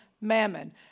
mammon